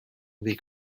weg